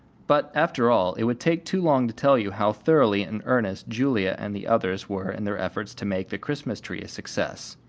but, after all, it would take too long to tell you how thoroughly in earnest julia and the others were in their efforts to make the christmas tree a success.